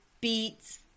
beats